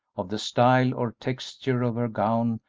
of the style or texture of her gown,